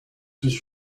was